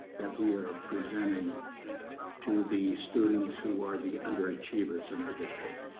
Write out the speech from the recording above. that we are presenting to the students who are the underachievers in our district.